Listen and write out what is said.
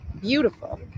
beautiful